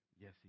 Yes